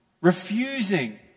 refusing